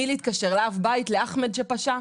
למי נתקשר, לאב הבית, לאחמד שפשע?